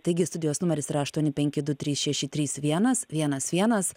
taigi studijos numeris yra aštuoni penki du trys šeši trys vienas vienas vienas